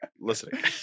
listening